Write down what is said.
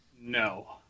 No